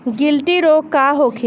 गिलटी रोग का होखे?